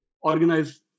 organize